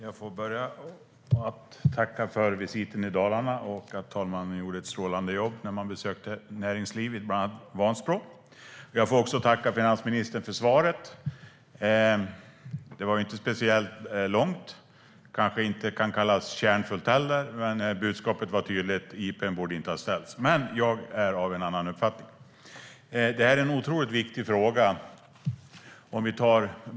Fru talman! Jag tackar för visiten i Dalarna. Fru talmannen gjorde ett strålande jobb när man besökte näringslivet, bland annat i Vansbro. Dessutom får jag tacka finansministern för svaret. Det var inte speciellt långt och kanske inte heller kan kallas kärnfullt, men budskapet var tydligt: Interpellationen borde inte ha ställts. Jag är dock av en annan uppfattning. Det här är en otroligt viktig fråga.